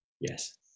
yes